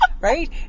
Right